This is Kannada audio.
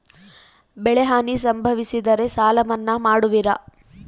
ಬೆಳೆಹಾನಿ ಸಂಭವಿಸಿದರೆ ಸಾಲ ಮನ್ನಾ ಮಾಡುವಿರ?